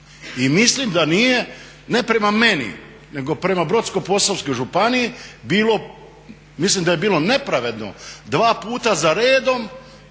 I mislim da nije, ne prema meni nego prema Brodsko-posavskoj županiji, mislim da je bilo nepravedno dva puta za redom